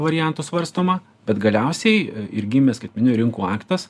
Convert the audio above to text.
variantų svarstoma bet galiausiai ir gimė skaitmeninių rinkų aktas